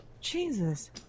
Jesus